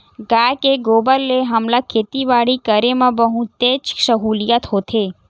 गाय के गोबर ले हमला खेती बाड़ी करे म बहुतेच सहूलियत होथे